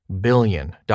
billion